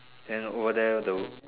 and over there the